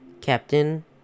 Captain